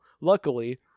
luckily